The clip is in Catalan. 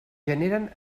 generen